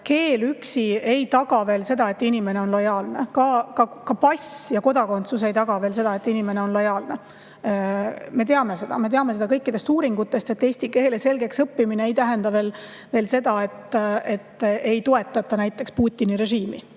üksi ei taga veel seda, et inimene on lojaalne. Ka [teatud] pass ja kodakondsus ei taga veel seda, et inimene on lojaalne. Me teame seda kõikidest uuringutest, et eesti keele selgeks õppimine ei tähenda seda, et ei toetata näiteks Putini režiimi.